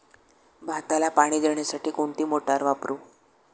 भाताला पाणी देण्यासाठी कोणती मोटार वापरू?